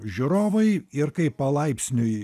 žiūrovai ir kaip palaipsniui